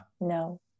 no